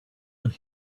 and